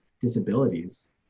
disabilities